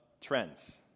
trends